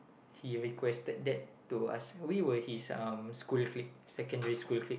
he requested that to ask we were his um school clique secondary school clique